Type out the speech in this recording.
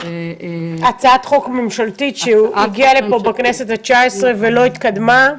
הצעת חוק ממשלתית שהגיעה לפה בכנסת ה-19 ולא התקדמה?